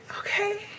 Okay